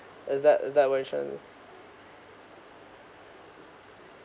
is that is that what you trying to